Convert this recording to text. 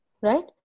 right